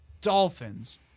Dolphins